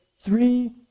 Three